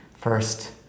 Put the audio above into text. first